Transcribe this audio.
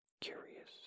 curious